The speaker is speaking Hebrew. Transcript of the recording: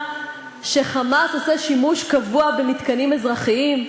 ש"חמאס" עושה שימוש קבוע במתקנים אזרחיים,